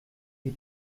wie